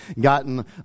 gotten